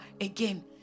again